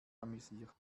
amüsiert